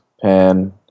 pan